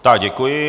Tak, děkuji.